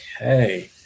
Okay